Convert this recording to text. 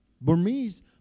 Burmese